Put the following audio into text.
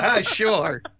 Sure